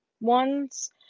ones